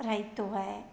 राइतो आहे